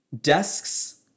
Desks